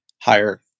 higher